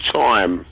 time